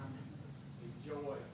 enjoy